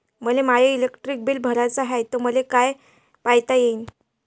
मले my electric bill भराचं हाय, ते मले कस पायता येईन?